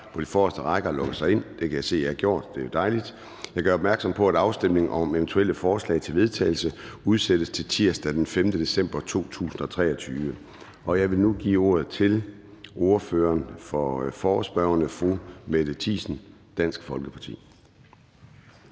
på de forreste rækker og logge sig ind. Det kan jeg se er gjort; det er dejligt. Jeg gør opmærksom på, at afstemning om eventuelle forslag til vedtagelse udsættes til tirsdag den 5. december 2023. Jeg vil nu give ordet til ordføreren for forespørgerne, fru Mette Thiesen, Dansk Folkeparti.